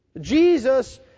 Jesus